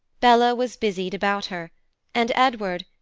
bella was busied about her and edward,